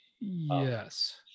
yes